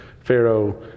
Pharaoh